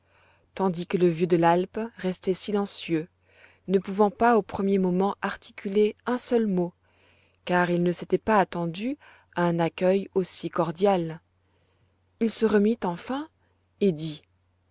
tandis que le vieux de l'alpe restait silencieux ne pouvant pas au premier moment articuler un seul mot car il ne s'était pas attendu à un accueil aussi cordial il se remit enfin